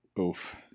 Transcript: Oof